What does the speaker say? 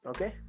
Okay